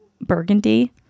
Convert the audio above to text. burgundy